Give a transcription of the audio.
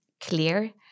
clear